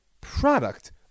product